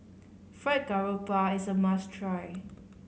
Fried Garoupa is a must try